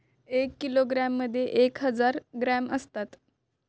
एक किलोग्रॅममध्ये एक हजार ग्रॅम असतात